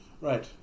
right